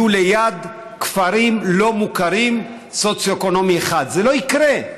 יהיו ליד כפרים לא מוכרים בסוציו-אקונומי 1. זה לא יקרה.